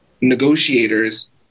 negotiators